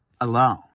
alone